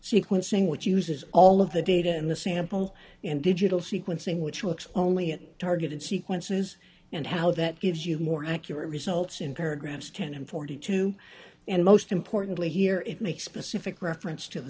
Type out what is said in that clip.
sequencing which uses all of the data in the sample and digital sequencing which works only at targeted sequences and how that gives you more accurate results in paragraphs ten and forty two and most importantly here it makes specific reference to the